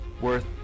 worth